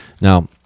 now